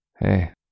Hey